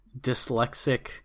dyslexic